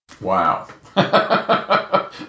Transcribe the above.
Wow